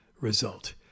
result